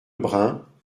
brun